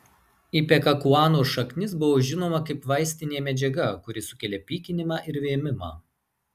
ipekakuanos šaknis buvo žinoma kaip vaistinė medžiaga kuri sukelia pykinimą ir vėmimą